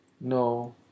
No